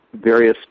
various